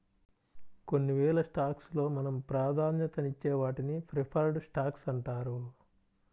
కొన్నివేల స్టాక్స్ లో మనం ప్రాధాన్యతనిచ్చే వాటిని ప్రిఫర్డ్ స్టాక్స్ అంటారు